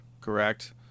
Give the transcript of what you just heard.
Correct